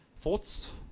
Thoughts